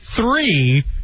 three